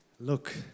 Look